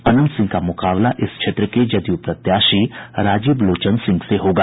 अनंत सिंह का मुकाबला इस क्षेत्र के जदयू प्रत्याशी राजीव लोचन सिंह से होगा